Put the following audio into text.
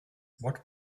what